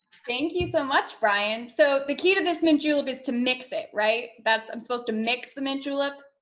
thank you so much, brian. so the key to this mint julep is to mix it, right? that's, i'm supposed to mix the mint julep?